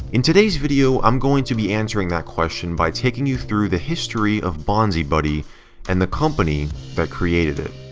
in today's video, i'm going to be answering that question by taking you through the history of bonzibuddy and the company that created it.